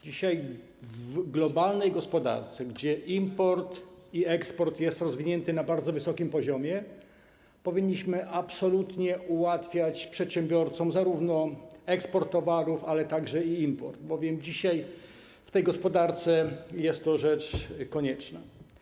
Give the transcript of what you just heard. Dzisiaj w globalnej gospodarce, gdzie import i eksport są rozwinięte na bardzo wysokim poziomie, powinniśmy absolutnie ułatwiać przedsiębiorcom zarówno eksport towarów, jak i import, bowiem dzisiaj w gospodarce jest to rzecz konieczna.